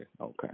okay